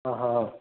ആ ഹാ ആ